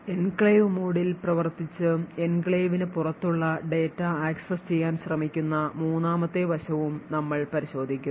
enclave മോഡിൽ പ്രവർത്തിച്ചു എൻക്ലേവിന് പുറത്തുള്ള ഡാറ്റ ആക്സസ് ചെയ്യാൻ ശ്രമിക്കുന്ന മൂന്നാമത്തെ വശവും നമ്മൾ പരിശോധിക്കും